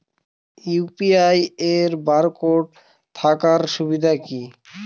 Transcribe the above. UPI এর barcode থাকার সুবিধে কি?